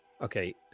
okay